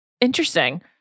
Interesting